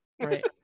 right